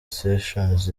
sessions